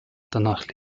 danach